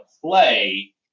play